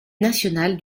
nationale